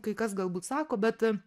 kai kas galbūt sako bet